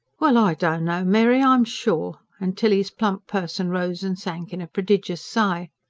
well! i don't know, mary, i'm sure, and tilly's plump person rose and sank in a prodigious sigh.